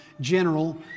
general